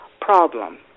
problem